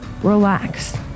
Relax